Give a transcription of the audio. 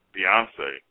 Beyonce